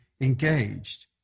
engaged